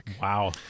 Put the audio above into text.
Wow